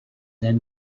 then